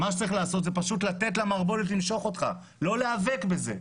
מה שצריך לעשות זה פשוט לתת למערבולת למשוך אותך ולא להיאבק בזה.